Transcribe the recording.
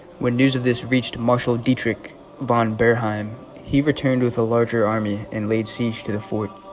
when news of this reached marshal dietrich von behr heim he returned with a larger army and laid siege to the fort